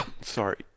Sorry